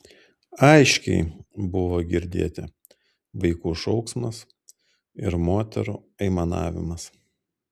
aiškiai buvo girdėti vaikų šauksmas ir moterų aimanavimas